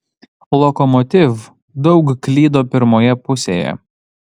lokomotiv daug klydo pirmoje pusėje